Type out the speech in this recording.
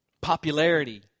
Popularity